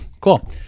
Cool